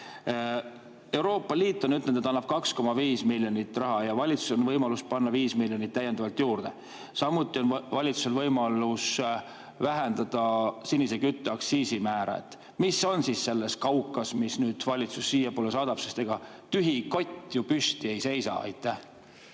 Euroopa Liit on ütelnud, et annab 2,5 miljonit ja valitsusel on võimalus panna 5 miljonit täiendavalt juurde. Samuti on valitsusel võimalus vähendada sinise kütuse aktsiisimäära. Mis on siis selles kaukas, mida valitsus siiapoole saadab, sest ega tühi kott ju püsti ei seisa? Aitäh,